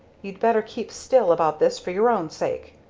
you'd better keep still about this for your own sake.